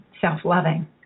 self-loving